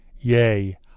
yea